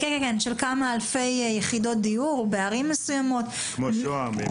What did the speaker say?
כמה אלפי יחידות דיור בערים מסוימות כמו שוהם,